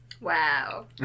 Wow